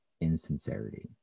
insincerity